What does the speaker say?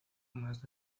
más